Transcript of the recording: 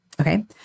Okay